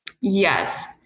Yes